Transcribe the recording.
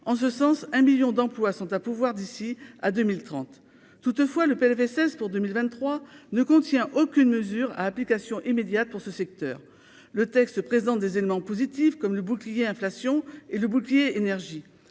en ce sens un 1000000 d'emplois sont à pourvoir d'ici à 2030, toutefois, le Plfss pour 2023 ne contient aucune mesure a application immédiate pour ce secteur, le texte présente des éléments positifs comme le bouclier inflation et le bouclier énergie